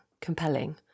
compelling